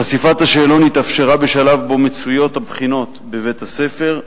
חשיפת השאלון התאפשרה בשלב שבו הבחינות נמצאות בבית-הספר,